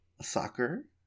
soccer